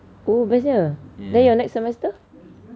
oh bestnya then your next semester